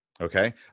Okay